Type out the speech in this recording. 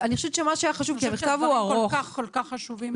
המכתב הוא מאוד מאוד ארוך.